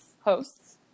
hosts